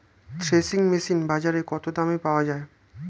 Threshing machine বাজারে কত দামে পাওয়া যায়?